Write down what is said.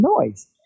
noise